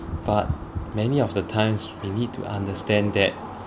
but many of the times we need to understand that